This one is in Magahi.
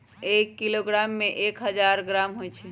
एक किलोग्राम में एक हजार ग्राम होई छई